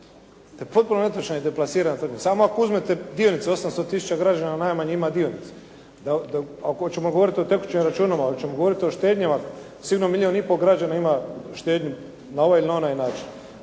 To je potpuno netočna i deplasirana tvrdnja. Samo ako uzmete dionice 800 tisuća građana najmanje ima dionica. Ako ćemo govoriti o tekućim računima, ali ćemo govoriti o štednjama. Sigurno milijun i pol građana ima štednju na ovaj ili na onaj način.